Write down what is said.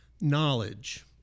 knowledge